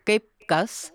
kaip kas